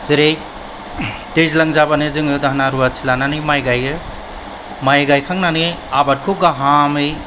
जेरै दैज्लां जाबानो जोङो दाहोना रुवाथि लानानै माइ गायो माइ गायखांनानै आबादखौ गाहामै